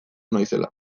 naizela